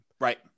right